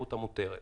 המהירות המותרת.